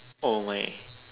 oh my